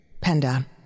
Panda